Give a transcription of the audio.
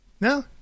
No